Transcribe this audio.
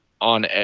on